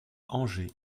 angers